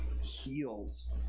heals